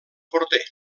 porter